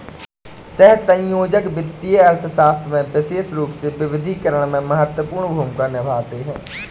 सहसंयोजक वित्तीय अर्थशास्त्र में विशेष रूप से विविधीकरण में महत्वपूर्ण भूमिका निभाते हैं